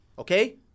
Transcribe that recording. Okay